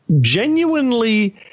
genuinely